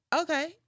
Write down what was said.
okay